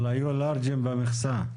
אבל היו לארג'ים במכסה...